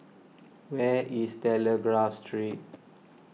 where is Telegraph Street